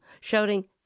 shouting